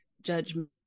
judgment